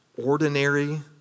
Ordinary